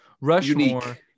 Rushmore